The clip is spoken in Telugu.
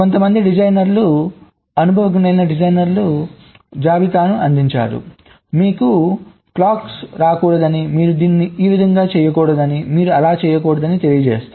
కొంతమంది డిజైనర్లు అనుభవజ్ఞులైన డిజైనర్లు వారు జాబితాను అందించారు మీకు క్లాక్ రాకూడదని మీరు దీన్నిఈ విధముగా చేయకూడదు అని మీరు అలా చేయకూడదు తెలియజేస్తాయి